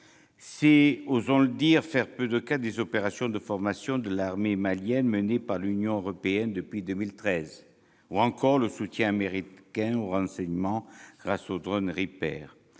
C'est, osons le dire, faire peu de cas des opérations de formation de l'armée malienne menées par l'Union européenne depuis 2013, ou encore du soutien américain en termes de renseignement grâce aux drones Reaper.